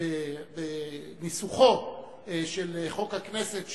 בניסוחו של חוק הכנסת,